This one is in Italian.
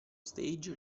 stage